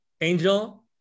Angel